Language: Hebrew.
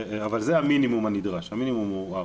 אבל זה המינימום הנדרש, המינימום הוא ארבע.